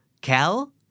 cal